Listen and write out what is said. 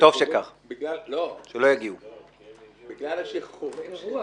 השחרורים שלהם.